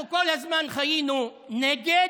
אנחנו כל הזמן היינו נגד